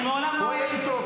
אני מעולם לא אמרתי.